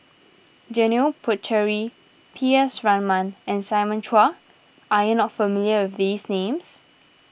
Janil Puthucheary P S Raman and Simon Chua are you not familiar with these names